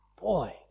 Boy